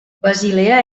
basilea